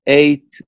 eight